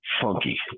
funky